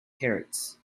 parrots